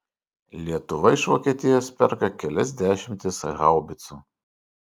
lietuva iš vokietijos perka kelias dešimtis haubicų